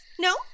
No